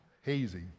hazy